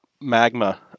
magma